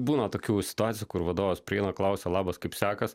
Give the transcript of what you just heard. būna tokių situacijų kur vadovas prieina klausia labas kaip sekas